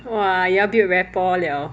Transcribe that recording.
!wah! y'all built rapport liao